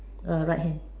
err right hand